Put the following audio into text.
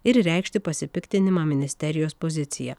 ir reikšti pasipiktinimą ministerijos pozicija